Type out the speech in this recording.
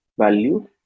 value